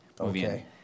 Okay